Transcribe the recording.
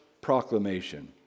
proclamation